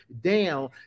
down